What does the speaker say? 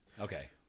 Okay